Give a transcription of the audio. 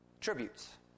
tributes